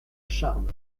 charmes